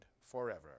forever